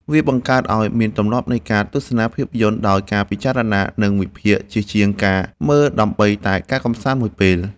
វាបង្កើតឱ្យមានទម្លាប់នៃការទស្សនាភាពយន្តដោយការពិចារណា និងវិភាគ ជាជាងការមើលដើម្បីតែការកម្សាន្តមួយពេល។